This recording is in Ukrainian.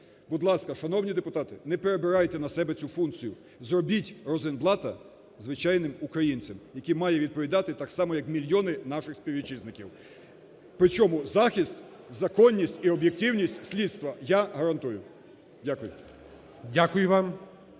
Будь ласка, шановні депутати, не перебирайте на себе цю функцію. Зробіть Розенблата звичайним українцем, який відповідає так само, як мільйони наших співвітчизників. При цьому захист, законність і об'єктивність слідства я гарантую. Дякую.